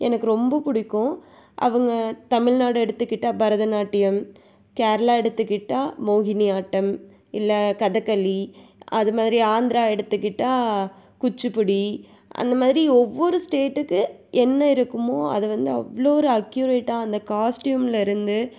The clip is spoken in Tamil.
எனக்கு ரொம்ப பிடிக்கும் அவங்க தமிழ்நாடை எடுத்துக்கிட்டால் பரதநாட்டியம் கேரளா எடுத்துக்கிட்டால் மோகினி ஆட்டம் இல்லை கதக்களி அது மாதிரி ஆந்திரா எடுத்துக்கிட்டால் குச்சுப்புடி அந்த மாதிரி ஒவ்வொரு ஸ்டேட்டுக்கு என்ன இருக்குமோ அதை வந்து அவ்வளோ ஒரு அக்யூரேட்டாக அந்த காஸ்ட்யூம்மில் இருந்து